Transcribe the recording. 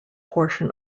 portion